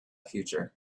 future